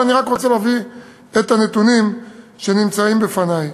אבל אני רק רוצה להביא את הנתונים שנמצאים בפני.